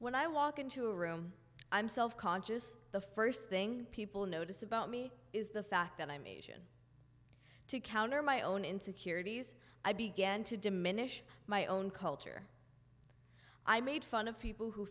when i walk into a room i'm self conscious the st thing people notice about me is the fact that i'm asian to counter my own insecurities i began to diminish my own culture i made fun of people who